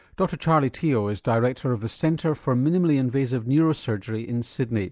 dr charlie teo is director of the centre for minimally invasive neurosurgery in sydney